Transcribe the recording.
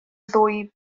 ddwy